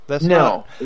No